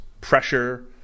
pressure